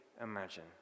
imagine